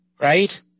right